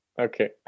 okay